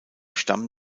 stamm